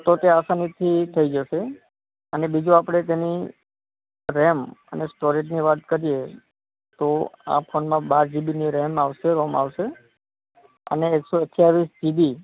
તો તે આસાનીથી થઈ જશે અને બીજું આપણે તેની રેમ અને સ્ટોરેજની વાત કરીએ તો આ ફોનમાં બાર જીબીની રેમ આવશે રોમ આવશે અને એક શો અઠ્યાવીસ જીબી